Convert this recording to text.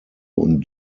und